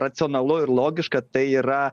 racionalu ir logiška tai yra